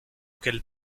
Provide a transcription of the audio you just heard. qu’elles